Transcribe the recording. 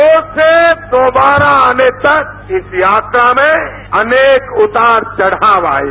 दो से दोबारा आने तक इस यात्रा में अनेक उतार चढ़ाव आये